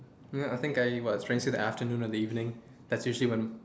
ya I think I trying to see the afternoon or the evening that's usually when